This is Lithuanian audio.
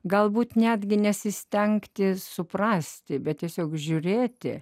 galbūt netgi nesistengti suprasti bet tiesiog žiūrėti